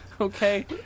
Okay